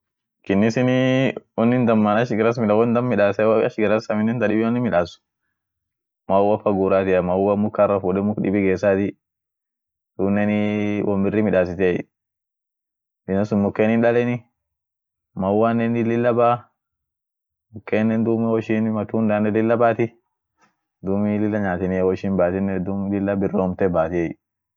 kinnisiinii wonin damman ash garas midas won dammin midase woash garas midas wonta dibi inin midas maua fa guraatia maua mukara fuude muk dibi gesati sunen won biri midasitiey binesun muken hindaleni mauanen lilla baa mukenen duum woishin matundanen lilla baati duumi lilla nyaateni woishin baatinen lilla biromte baatiey.